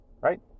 right